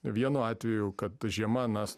vienu atveju kad žiema na